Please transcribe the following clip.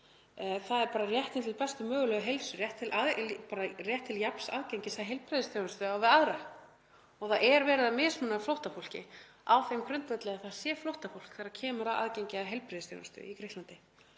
þ.e. réttur til bestu mögulegu heilsu, réttur til jafns aðgengis að heilbrigðisþjónustu á við aðra. Það er verið að mismuna flóttafólki á þeim grundvelli að það sé flóttafólk þegar kemur að aðgengi að heilbrigðisþjónustu í Grikklandi.